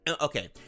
okay